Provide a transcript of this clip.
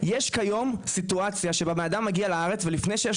יש כיום סיטואציה שבה בן אדם מגיע לארץ ולפני שיש